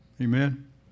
Amen